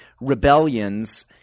rebellions